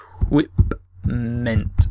Equipment